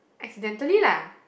accidentally lah